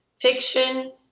fiction